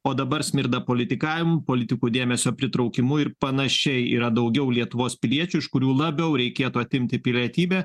o dabar smirda politikavimu politikų dėmesio pritraukimu ir panašiai yra daugiau lietuvos piliečių iš kurių labiau reikėtų atimti pilietybę